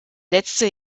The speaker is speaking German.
letzte